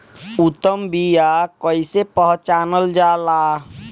उत्तम बीया कईसे पहचानल जाला?